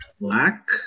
black